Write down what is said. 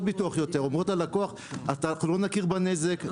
הביטוח יותר אומרות ללקוח: לא נכיר בנזק,